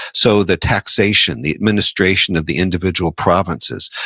so, the taxation, the administration of the individual provinces,